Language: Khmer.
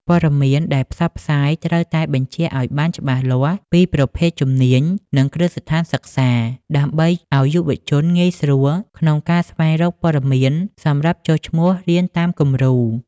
ព័ត៌មានដែលផ្សព្វផ្សាយត្រូវតែបញ្ជាក់ឱ្យបានច្បាស់លាស់ពី «ប្រភេទជំនាញ និងគ្រឹះស្ថានសិក្សា» ដើម្បីឱ្យយុវជនងាយស្រួលក្នុងការស្វែងរកព័ត៌មានសម្រាប់ចុះឈ្មោះរៀនតាមគំរូ។